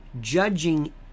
judging